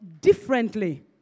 differently